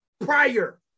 prior